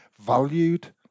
valued